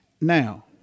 now